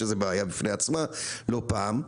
שזו בעיה בפני עצמה לא פעם.